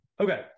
Okay